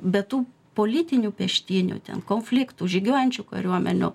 be tų politinių peštynių ten konfliktų žygiuojančių kariuomenių